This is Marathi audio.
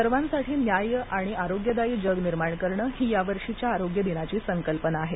सर्वांसाठी न्याय्य आणि आरोग्यदायी जग निर्माण करणं ही या वर्षीच्या आरोग्य दिनाची संकल्पना आहे